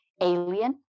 alien